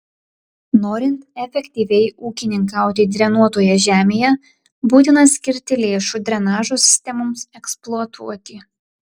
norint efektyviai ūkininkauti drenuotoje žemėje būtina skirti lėšų drenažo sistemoms eksploatuoti